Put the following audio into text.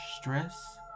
stress